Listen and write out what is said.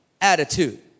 attitude